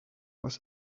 was